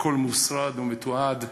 הכול מוסרט ומתועד.